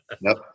Nope